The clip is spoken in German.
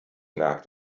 nagt